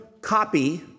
copy